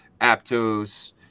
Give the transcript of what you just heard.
Aptos